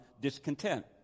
discontent